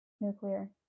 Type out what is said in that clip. Nuclear